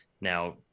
Now